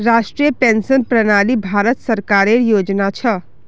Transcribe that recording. राष्ट्रीय पेंशन प्रणाली भारत सरकारेर योजना छ